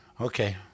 Okay